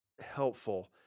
helpful